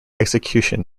execution